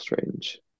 strange